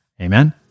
Amen